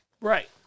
Right